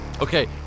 Okay